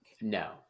no